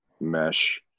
mesh